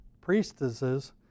priestesses